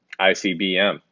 ICBM